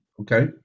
Okay